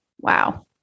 Wow